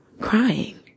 Crying